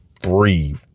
three